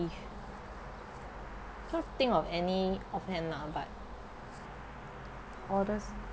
I can't think of any off hand lah but oddest